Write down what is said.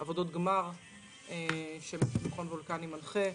עבודות גמר שמכון וולקני מנחה.